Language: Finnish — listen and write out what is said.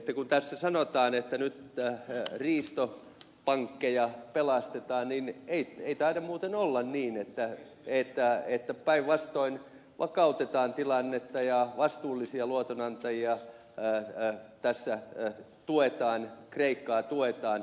kun tässä sanotaan että nyt riistopankkeja pelastetaan niin ei taida muuten olla niin päinvastoin vakautetaan tilannetta ja vastuullisia luotonantajia tässä tuetaan kreikkaa tuetaan